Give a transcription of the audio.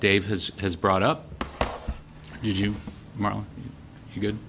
dave has has brought up you do you could